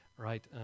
right